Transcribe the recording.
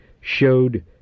showed